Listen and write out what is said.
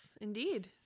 indeed